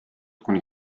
kuni